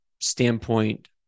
standpoint